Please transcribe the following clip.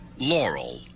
Laurel